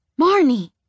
Marnie